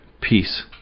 Peace